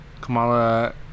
kamala